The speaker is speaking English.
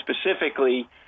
specifically